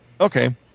Okay